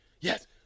Yes